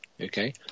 okay